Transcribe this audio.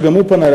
שגם הוא פנה אלי,